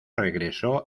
regresó